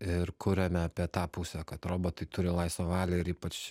ir kuriame apie tą pusę kad robotai turi laisvą valią ir ypač